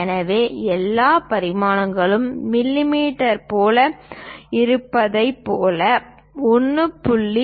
எனவே எல்லா பரிமாணங்களும் மிமீ போல இருப்பதைப் போல 1